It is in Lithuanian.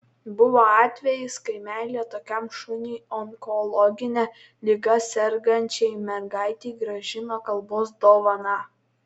buvo atvejis kai meilė tokiam šuniui onkologine liga sergančiai mergaitei grąžino kalbos dovaną